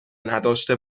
نداشته